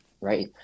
right